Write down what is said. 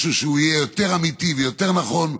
משהו שיהיה יותר אמיתי ויותר נכון,